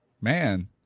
Man